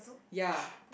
ya